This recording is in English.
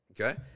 Okay